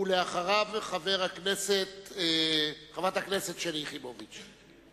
אחריו, חברת הכנסת שלי יחימוביץ.